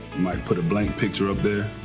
mike put a blank picture up there,